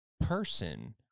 person